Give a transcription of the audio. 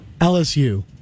LSU